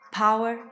power